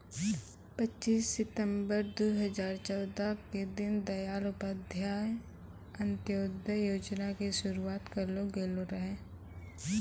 पच्चीस सितंबर दू हजार चौदह के दीन दयाल उपाध्याय अंत्योदय योजना के शुरुआत करलो गेलो रहै